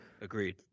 Agreed